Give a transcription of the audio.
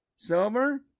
Silver